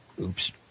Oops